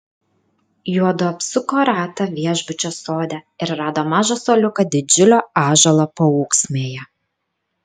juodu apsuko ratą viešbučio sode ir rado mažą suoliuką didžiulio ąžuolo paūksmėje